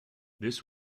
this